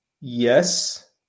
Yes